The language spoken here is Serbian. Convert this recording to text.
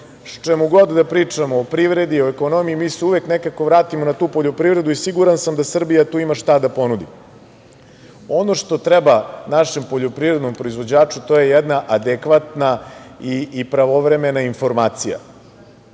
čemu god da pričamo, o privredi, o ekonomiji, mi se uvek nekako vratimo na tu poljoprivredu i siguran sam da Srbija tu ima šta da ponudi. Ono što treba našem poljoprivrednom proizvođaču, to je jedna adekvatna i pravovremena informacija. Mi